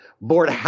board